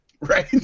Right